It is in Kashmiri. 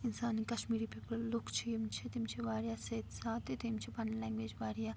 اِنسان کَشمیٖری پیٖپٕل لوٗکھ چھِ یِم چھِ تِم چھِ واریاہ سیٚدۍ سادٕہ تہِ تِم چھِ پَنٕنۍ لینٛگویج واریاہ